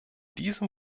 diesem